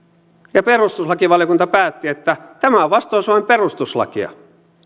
ja perustuslakivaliokunta päätti että tämä on vastoin suomen perustuslakia